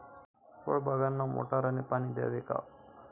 फळबागांना मोटारने पाणी द्यावे का?